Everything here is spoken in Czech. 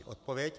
Odpověď?